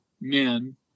men